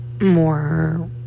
more